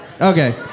Okay